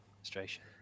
illustration